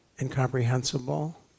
incomprehensible